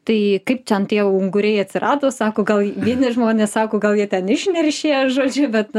tai kaip ten tie unguriai atsirado sako gal vieni žmonės sako gal jie ten išneršė žodžiu bet